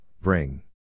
bring